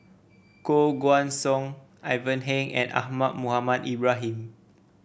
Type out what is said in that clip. Koh Guan Song Ivan Heng and Ahmad Mohamed Ibrahim